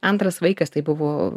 antras vaikas tai buvo